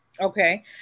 okay